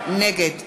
נגד